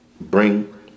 bring